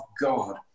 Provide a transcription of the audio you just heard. god